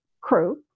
crew